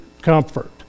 comfort